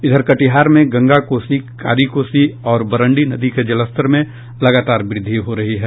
इधर कटिहार में गंगा कोसी कारी कोसी और बरंडी नदी के जलस्तर में लगातार वृद्धि हो रही है